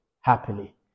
happily